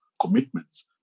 commitments